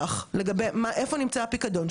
כמה הופרש,